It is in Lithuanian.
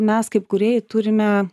mes kaip kūrėjai turime